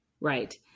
Right